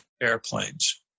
airplanes